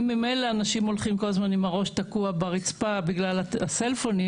אם ממילא אנשים הולכים כל הזמן עם הראש תקוע ברצפה בגלל הפלאפונים,